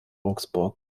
augsburg